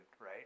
right